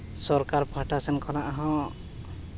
ᱥᱚᱨᱠᱟᱨ ᱯᱟᱦᱴᱟ ᱥᱮᱫ ᱠᱷᱚᱱᱟᱜ ᱦᱚᱸ